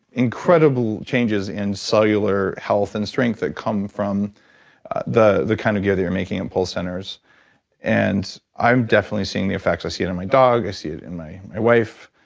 incredible changes in cellular health and strength that come from the the kind of gear that your making at pulse centers and i'm definitely seeing the effects. i see it in my dog. i see it in my my wife.